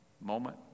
moment